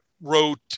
wrote